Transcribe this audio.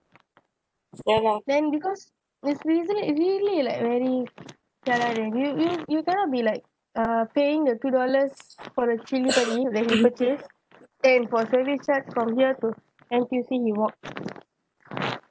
then because this reason is really like very jialat leh you you you cannot be like uh paying the two dollars for the chilli padi when he purchase then for service from here to N_T_U_C he walk